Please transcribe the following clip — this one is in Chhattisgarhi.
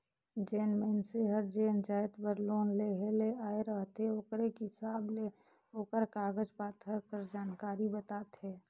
जेन मइनसे हर जेन जाएत बर लोन लेहे ले आए रहथे ओकरे हिसाब ले ओकर कागज पाथर कर जानकारी बताथे